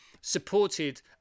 supported